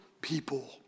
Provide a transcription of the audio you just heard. people